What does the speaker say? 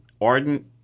ardent